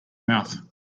mouth